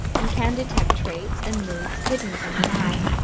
and can detect traits and moods hidden from the eye,